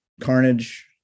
carnage